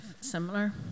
similar